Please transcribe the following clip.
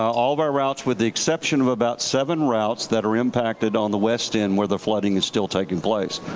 all of our routes with the exception of about seven routes that are impacted on the west end where the flooding is still taking place.